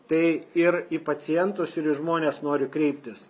tai ir į pacientus ir į žmones noriu kreiptis